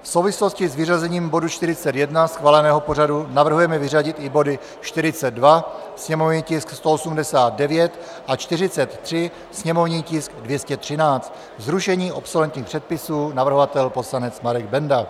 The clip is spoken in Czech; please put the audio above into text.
V souvislosti s vyřazením bodu 41 schváleného pořadu navrhujeme vyřadit i body 42 sněmovní tisk 189 a 43 sněmovní tisk 213, zrušení obsoletních předpisů, navrhovatel poslanec Marek Benda.